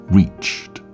reached